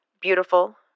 beautiful